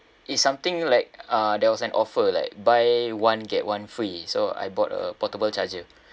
it's something like uh there was an offer like buy one get one free so I bought a portable charger